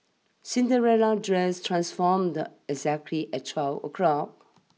Cinderella's dress transformed exactly at twelve o'clock